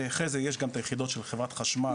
אחרי זה יש גם את היחידות של חברת חשמל,